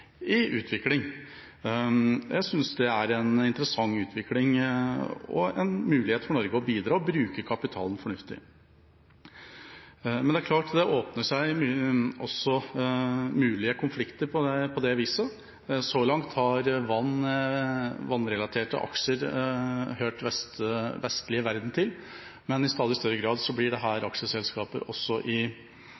utvikling, kan en si. Jeg synes det er en interessant utvikling og en mulighet for Norge å bidra til å bruke kapitalen fornuftig. Men det åpner også for mulige konflikter. Så langt har vannrelaterte aksjer hørt den vestlige verden til, men i stadig større grad er det slike aksjelselskap også i